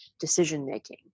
decision-making